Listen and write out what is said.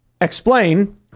explain